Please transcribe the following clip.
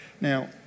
Now